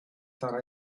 thought